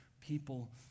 people